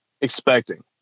expecting